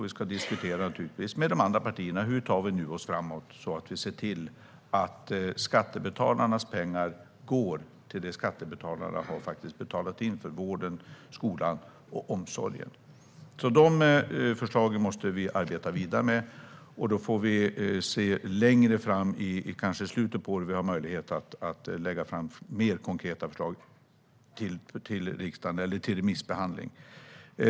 Vi ska naturligtvis diskutera med de andra partierna om hur vi nu tar oss framåt så att vi kan se till att skattebetalarnas pengar går till det de faktiskt betalats in för: vården, skolan och omsorgen. De förslagen måste vi arbeta vidare med för att längre fram, kanske i slutet av året, få möjlighet att lägga fram mer konkreta förslag för remissbehandling.